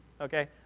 Okay